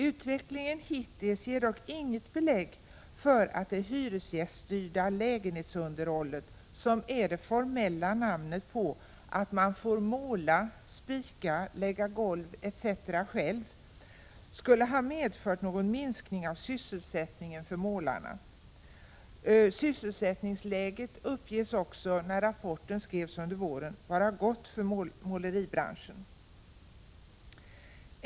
Utvecklingen hittills ger dock inget belägg för att det hyresgästsstyrda lägenhetsunderhållet, som är det formella namnet på att man själv får måla, spika, lägga golv etc., skulle ha medfört någon minskning av sysselsättningen för målarna. Sysselsättningsläget uppgavs också, när rapporten skrevs under våren, vara gott för måleribranschen.